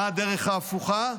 מה הדרך ההפוכה?